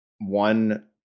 one